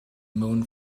moon